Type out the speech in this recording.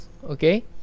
okay